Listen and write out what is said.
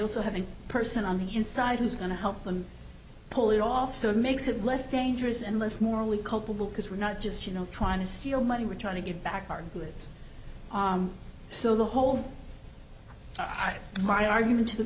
also have a person on the inside who's going to help them pull it off so it makes it less dangerous and less morally culpable because we're not just you know trying to steal money we're trying to get back our goods so the whole my argument to the